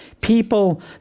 people